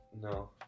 No